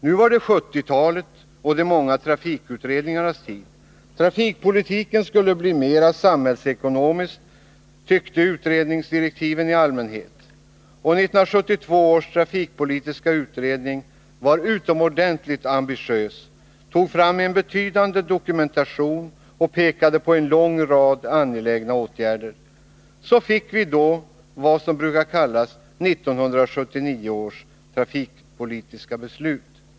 Nu var det 1970-talet och de många trafikutredningarnas tid. Trafikpolitiken skulle bli mer samhällsekonomisk, framhölls det i utredningsdirektiven i allmänhet. 1972 års trafikpolitiska utredning var utomordentligt ambitiös, tog fram en betydande dokumentation och pekade på en lång rad angelägna åtgärder. Så fick vi då vad som brukar kallas 1979 års trafikpolitiska beslut.